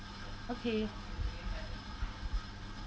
okay